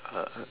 uh